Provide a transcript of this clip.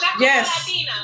Yes